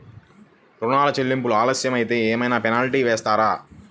ఋణ చెల్లింపులు ఆలస్యం అయితే ఏమైన పెనాల్టీ వేస్తారా?